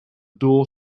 door